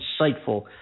insightful